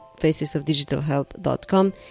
facesofdigitalhealth.com